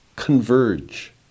Converge